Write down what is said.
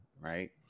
Right